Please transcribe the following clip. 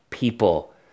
people